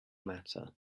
matter